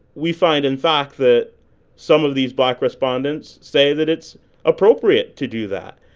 we find, in fact, that some of these black respondents say that it's appropriate to do that.